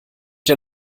der